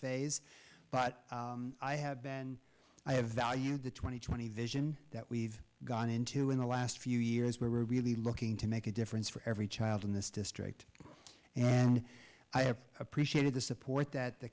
phase but i have been i have valued the twenty twenty vision that we've gone into in the last few years where we're really looking to make a difference for every child in this district and i have appreciated the support that the